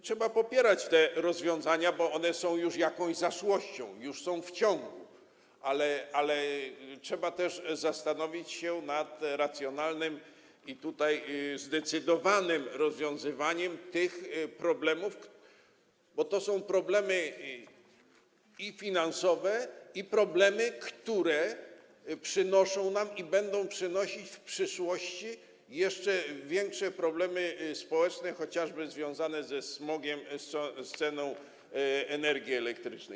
Trzeba popierać te rozwiązania, bo one są już jakąś zaszłością, już są w ciągu, ale trzeba też zastanowić się nad racjonalnym i zdecydowanym rozwiązywaniem tych problemów, bo to są i problemy finansowe, i problemy, które przynoszą i będą przynosić nam w przyszłości jeszcze większe problemy społeczne, chociażby związane ze smogiem, z ceną energii elektrycznej.